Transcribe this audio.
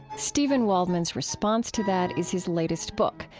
steven waldman's response to that is his latest book,